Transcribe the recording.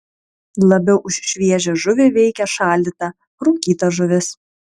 labiau už šviežią žuvį veikia šaldyta rūkyta žuvis